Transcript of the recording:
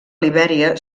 libèria